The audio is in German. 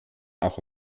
auch